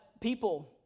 people